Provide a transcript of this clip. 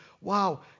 wow